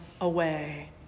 away